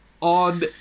On